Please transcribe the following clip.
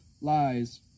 lies